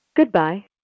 Goodbye